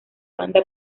banda